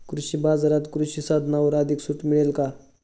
कृषी बाजारात कृषी साधनांवर अधिक सूट मिळेल का?